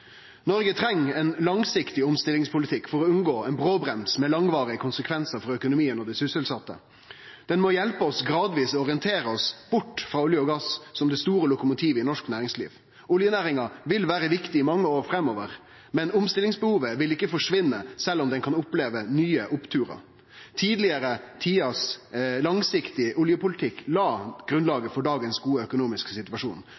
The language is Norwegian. Noreg treng ein langsiktig omstillingspolitikk for å unngå ein brå brems med langvarige konsekvensar for økonomien og dei sysselsette. Ein slik politikk må hjelpe oss med gradvis å orientere oss bort frå olje og gass som det store lokomotivet i norsk næringsliv. Oljenæringa vil vere viktig i mange år framover, men omstillingsbehovet vil ikkje forsvinne sjølv om oljenæringa kan kome til å oppleve nye oppturar. Tidlegare tiders langsiktige oljepolitikk la